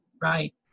right